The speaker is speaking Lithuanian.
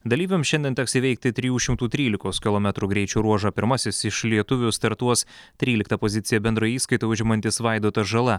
dalyviams šiandien teks įveikti trijų šimtų trylikos kilometrų greičio ruožą pirmasis iš lietuvių startuos tryliktą poziciją bendroj įskaitoj užimantis vaidotas žala